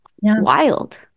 wild